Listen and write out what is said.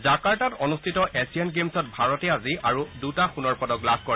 জাকাৰ্টাত অনুষ্ঠিত এছিয়ান গেমছত ভাৰতে আজি আৰু দুটা সোণৰ পদক লাভ কৰে